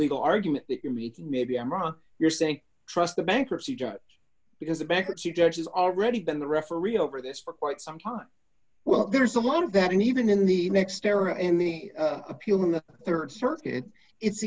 legal argument that you're making maybe i'm wrong you're saying trust the bankruptcy judge because a bankruptcy judge has already been the referee over this for quite some time well there's a lot of that and even in the next era in the appeal in the rd circuit it's